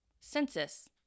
census